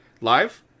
live